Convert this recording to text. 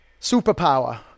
superpower